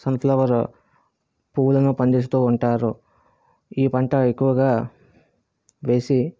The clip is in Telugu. సన్ ఫ్లవర్ పువ్వులను పండిస్తూ ఉంటారు ఈ పంట ఎక్కువగా వేసి